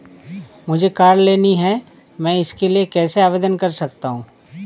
मुझे कार लेनी है मैं इसके लिए कैसे आवेदन कर सकता हूँ?